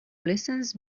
listens